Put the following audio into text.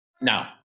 No